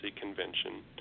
Convention